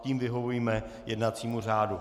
Tím vyhovíme jednacímu řádu.